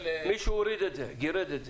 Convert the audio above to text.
מישהו הוריד את זה, גירד את זה.